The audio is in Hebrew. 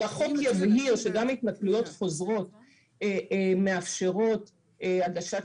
והחוק יבהיר שגם התנכלויות חוזרות מאפשרות הגשת